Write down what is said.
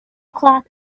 cloth